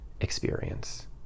experience